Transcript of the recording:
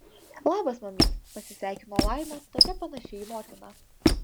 labas mamyt pasisveikino laima tokia panaši į motiną